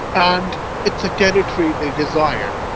and it's a territory they desire.